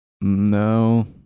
No